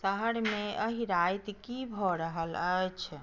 शहरमे एहि राति की भऽ रहल अछि